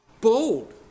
bold